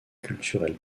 culturelle